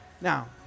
Now